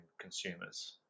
consumers